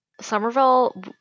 Somerville